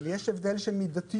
אבל יש הבדל של מידתיות.